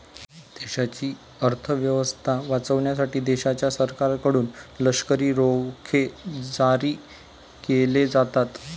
देशाची अर्थ व्यवस्था वाचवण्यासाठी देशाच्या सरकारकडून लष्करी रोखे जारी केले जातात